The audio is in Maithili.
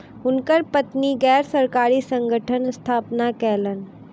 हुनकर पत्नी गैर सरकारी संगठनक स्थापना कयलैन